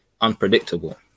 unpredictable